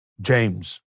James